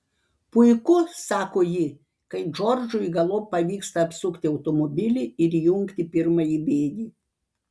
puiku sako ji kai džordžui galop pavyksta apsukti automobilį ir įjungti pirmąjį bėgį